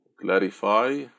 clarify